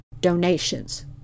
donations